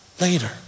later